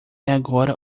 agora